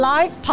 Live